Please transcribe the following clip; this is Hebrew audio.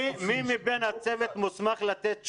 מי מבין הצוות מוסמך לתת תשובות?